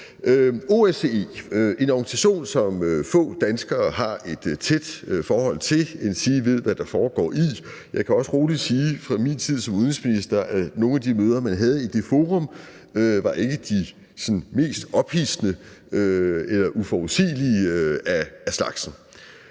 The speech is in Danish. OSCE er en organisation, som få danskere har et tæt forhold til endsige ved hvad der foregår i. Jeg kan også roligt sige, fra min tid som udenrigsminister, at nogle af de møder, man havde i det forum, ikke var de sådan mest ophidsende eller uforudsigelige af slagsen.